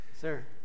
sir